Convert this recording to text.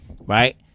right